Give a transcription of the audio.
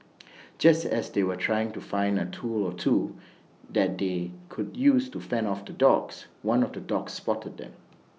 just as they were trying to find A tool or two that they could use to fend off the dogs one of the dogs spotted them